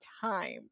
time